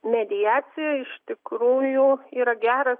mediacija iš tikrųjų yra geras